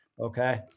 Okay